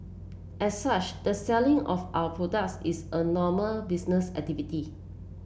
as such the selling of our products is a normal business activity